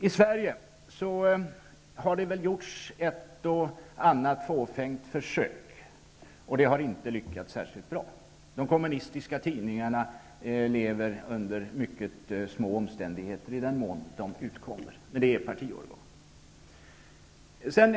I Sverige har det gjorts ett och annat fåfängt försök. Det har inte lyckats särskilt bra. De kommunistiska tidningarna lever under mycket små omständigheter, i den mån de utkommer. De är partiorgan.